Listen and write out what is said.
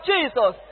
Jesus